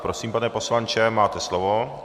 Prosím, pane poslanče, máte slovo.